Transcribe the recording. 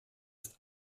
ist